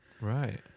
Right